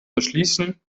verschließen